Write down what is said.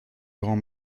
grand